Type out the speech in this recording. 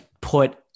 put